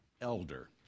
elder